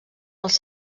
els